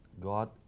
God